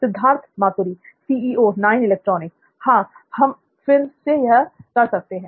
सिद्धार्थ मातुरी हां हम फिर से कर सकते हैं